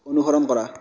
অনুসৰণ কৰা